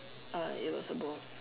I was about